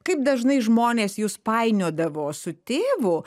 kaip dažnai žmonės jus painiodavo su tėvu